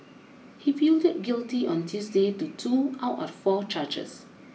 he pleaded guilty on Tuesday to two out of four charges